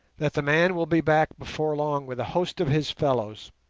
that the man will be back before long with a host of his fellows,